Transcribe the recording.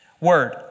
word